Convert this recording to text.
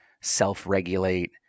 self-regulate